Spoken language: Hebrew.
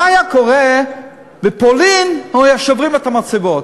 מה היה קורה בפולין לו היו שוברים מצבות?